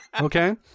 Okay